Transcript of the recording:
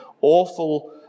awful